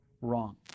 wrong